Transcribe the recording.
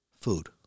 food